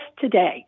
today